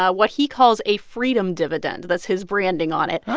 ah what he calls a freedom dividend. that's his branding on it.